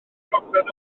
gogledd